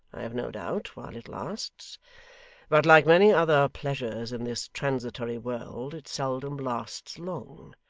i have no doubt, while it lasts but like many other pleasures in this transitory world, it seldom lasts long.